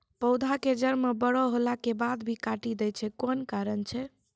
पौधा के जड़ म बड़ो होला के बाद भी काटी दै छै कोन कारण छै?